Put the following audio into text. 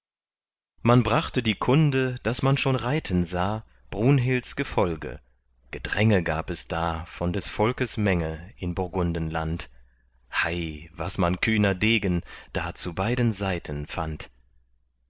man die kunde daß man schon reiten sah brunhilds gefolge gedränge gab es da von des volkes menge in burgundenland hei was man kühner degen da zu beiden seiten fand